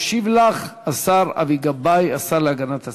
ישיב לך השר אבי גבאי, השר להגנת הסביבה.